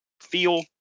feel